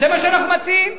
זה מה שאנחנו מציעים.